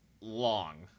long